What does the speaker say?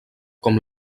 com